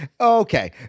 Okay